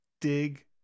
dig